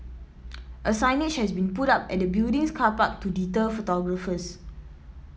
a signage has been put up at the building's car park to deter photographers